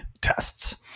tests